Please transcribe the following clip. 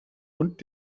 und